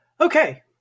Okay